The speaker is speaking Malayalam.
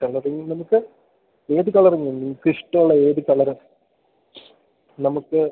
കളറിങ്ങ് നമുക്ക് ഏത് കളറ് വേണം നിങ്ങൾക്കിഷ്ടം ഉള്ള ഏത് കളറും നമുക്ക്